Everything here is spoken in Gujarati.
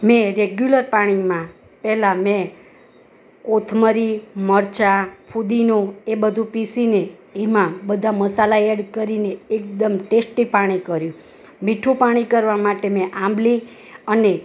મેં રેગ્યુલર પાણીમાં પહેલાં મેં કોથમરી મરચાં ફૂદીનો એ બધું પીસીને એમાં બધા મસાલા એડ કરીને એકદમ ટેસ્ટી પાણી કર્યું મીઠું પાણી કરવા માટે મેં આમલી અને